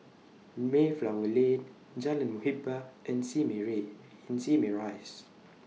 Mayflower Lane Jalan Muhibbah and Simei Ray and Simei Rise